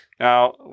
Now